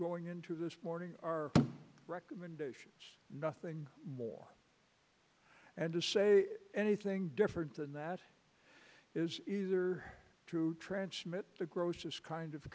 going into this morning are recommendations nothing more and to say anything different than that is either to transmit the grossest kind of